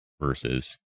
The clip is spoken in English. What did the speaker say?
versus